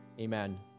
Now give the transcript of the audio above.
Amen